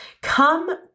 Come